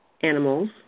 animals